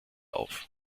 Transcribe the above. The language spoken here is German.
auf